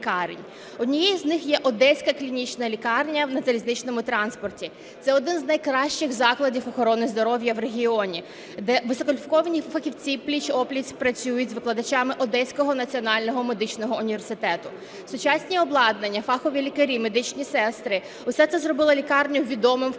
однією з них є Одеська клінічна лікарня на залізничному транспорті. Це один з найкращих закладів охорони здоров'я в регіоні, де висококваліфіковані фахівці пліч-о-пліч працюють з викладачами Одеського національного медичного університету. Сучасне обладнання, фахові лікарі, медичні сестри - все це зробило лікарню відомим в